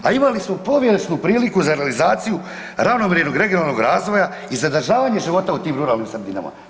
A imali smo povijesnu priliku za realizaciju ravnomjernog regionalnog razvoja i zadržavanje života u tim ruralnim sredinama.